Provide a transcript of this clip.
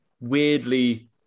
weirdly